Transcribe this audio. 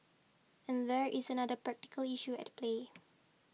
and there is another practical issue at play